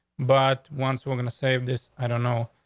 but once we're gonna save this, i don't know, ah,